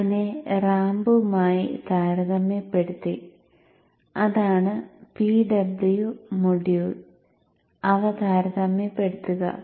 അതിനെ റാമ്പുമായി താരതമ്യപ്പെടുത്തി അതാണ് PW മൊഡ്യൂൾ അവ താരതമ്യപ്പെടുത്തുക